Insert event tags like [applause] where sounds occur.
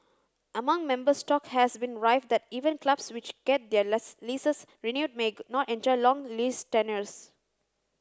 among members talk has been rife that even clubs which get their [unintelligible] leases renewed may not enjoy long lease tenures